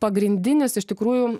pagrindinis iš tikrųjų